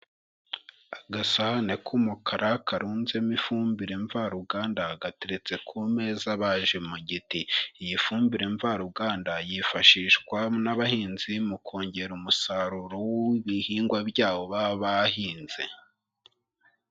Agasahane k'umukara karunzemo ifumbire mvaruganda, gateretse ku meza ibaje mu giti, iyi fumbire mvaruganda yifashishwa n'abahinzi, mu kongera umusaruro w'ibihingwa byabo baba bahinze.